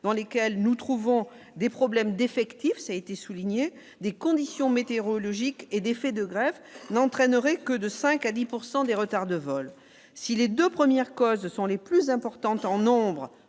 dans lesquelles nous trouvons des problèmes d'effectifs, ça a été souligné des conditions météorologiques et des faits de grève n'entraînerait que de 5 à 10 pourcent des retards de vols, si les 2 premières causes sont les plus importantes en nombre,